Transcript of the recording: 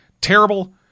terrible